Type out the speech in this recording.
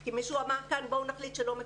כי מישהו אמר כאן בואו נחליט שלא מקבלים.